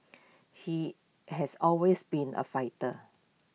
he has always been A fighter